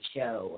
Show